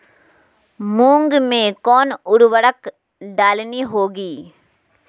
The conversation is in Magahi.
मूंग में कौन उर्वरक डालनी होगी?